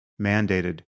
mandated